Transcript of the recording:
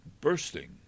bursting